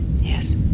Yes